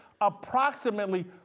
approximately